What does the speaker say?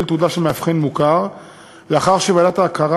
תעודה של מאבחן מוכר לאחר שוועדת ההכרה,